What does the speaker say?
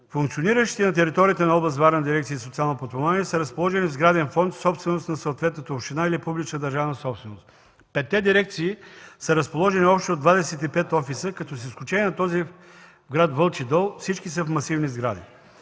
Функциониращи на територията на област Варна дирекции „Социално подпомагане” са разположени в сграден фонд – собственост на съответната община или публична държавна собственост. Петте дирекции са разположени в общо 25 офиса, като с изключение на този в гр. Вълчи дол, всички са в масивни сгради.